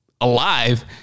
alive